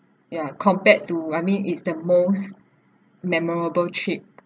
ya compared to I mean it's the most memorable trip